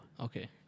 Okay